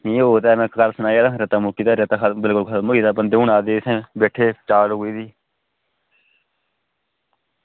नेईं ओह् ते ऐ में कल सनाया हा रेता मुक्की गेदा रेता बिलकुल खतम होई गेदा बंदे हून आए दे इत्थें बैठे दे चाल रुकी गेदी